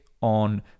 on